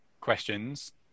questions